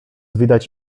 widać